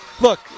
Look